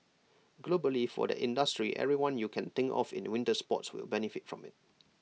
globally for that industry everyone you can think of in winter sports will benefit from IT